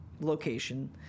location